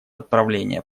отправление